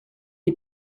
est